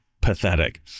pathetic